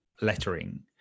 lettering